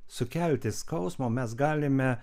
sukelti skausmo mes galime